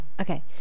Okay